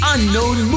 Unknown